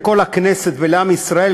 לכל הכנסת ולעם ישראל,